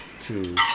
Two